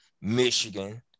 Michigan